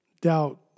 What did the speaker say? doubt